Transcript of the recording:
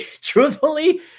truthfully